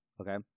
okay